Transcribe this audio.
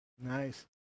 Nice